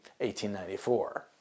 1894